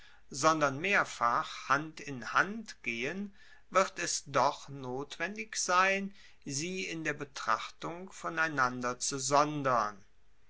sondern mehrfach hand in hand gehen wird es doch notwendig sein sie in der betrachtung voneinander zu sondern